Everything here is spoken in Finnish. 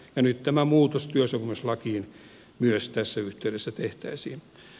nyt tämä muutos työsopimuslakiin myös tässä yhteydessä tehtäisiin